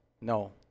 No